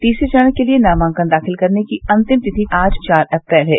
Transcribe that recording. तीसरे चरण के लिये नामांकन दाखिल करने की अंतिम तिथि आज चार अप्रैल है